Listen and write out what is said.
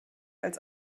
als